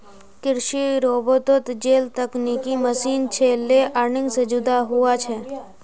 कृषि रोबोतोत जेल तकनिकी मशीन छे लेअर्निंग से जुदा हुआ छे